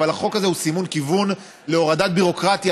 אבל החוק הזה הוא סימון כיוון להורדת ביורוקרטיה,